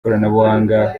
ikoranabuhanga